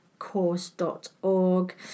course.org